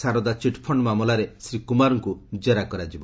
Saradha chit fund ମାମଲାରେ ଶ୍ରୀ କୁମାରଙ୍କୁ ଜେରା କରାଯିବ